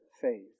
faith